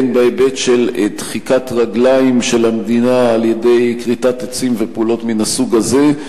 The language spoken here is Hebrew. והן בהיבט של דחיקת רגלי המדינה על-ידי כריתת עצים ופעולות מן הסוג הזה,